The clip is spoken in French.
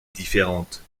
différente